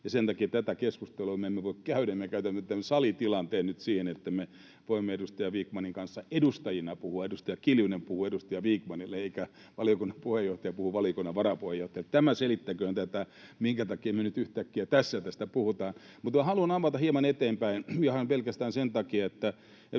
voi käydä tätä keskustelua ja me käytämme tämän salitilanteen nyt siihen, että me voimme edustaja Vikmanin kanssa edustajina puhua: edustaja Kiljunen puhuu edustaja Vikmanille, eikä valiokunnan puheenjohtaja puhu valiokunnan varapuheenjohtajalle. Tämä selittäköön tätä, minkä takia me nyt yhtäkkiä tässä tästä puhutaan. Haluan avata hieman eteenpäin, ihan pelkästään sen takia, että edustaja